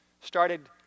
started